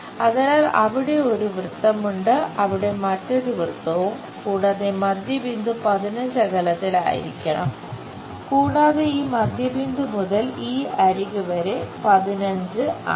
അതിനാൽ അവിടെ ഒരു വൃത്തമുണ്ട് അവിടെ മറ്റൊരു വൃത്തവും കൂടാതെ മധ്യബിന്ദു 15 അകലത്തിൽ ആയിരിക്കണം കൂടാതെ ഈ മധ്യബിന്ദു മുതൽ ഈ അരിക് വരെ 15 ആണ്